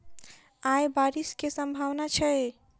आय बारिश केँ सम्भावना छै?